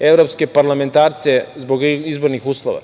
evropske parlamentarce zbog izbornih uslova,